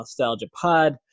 NostalgiaPod